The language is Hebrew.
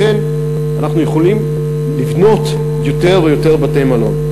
לכן אנחנו יכולים לבנות יותר ויותר בתי-מלון.